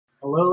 Hello